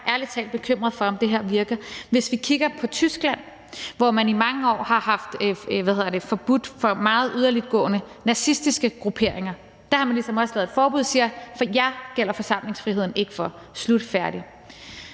ærlig talt bekymret for, om det her virker. Hvis vi kigger på Tyskland, hvor man i mange år har haft forbud mod meget yderliggående nazistiske grupperinger, har man der ligesom også lavet et forbud og siger: For jer gælder forsamlingsfriheden ikke, slut, færdig.